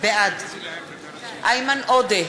בעד איימן עודה,